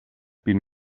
been